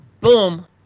boom